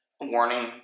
warning